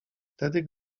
wtedy